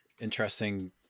interesting